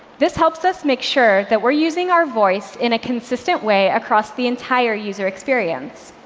this helps us make sure that we're using our voice in a consistent way across the entire user experience.